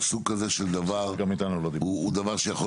סוג כזה של דבר, הוא דבר שיכול